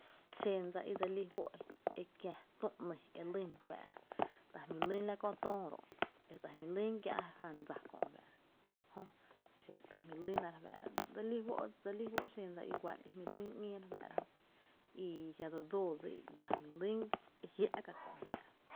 Xen dsa i dse lí fó’ e kiä tü, ‘ny e lýn re fáá’ra, ta jmí’ lýn la köö töö ro’ i kie’ ta jmí’ lyn kiä’ jan dsa kö re fáá’ra jö, xiro ta jmíi lyna re fáá’ra, dse lí fó’ dse lí fó’, e xen dsa i güa’n e jmíi’ lyn ‘ñéé re fáá’ra jö i a jia’ dse dsoo dsí dsa e jmíi’ lyn e jia’ ka kö’ re fáá’ra.